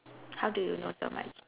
how do you know so much